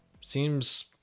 Seems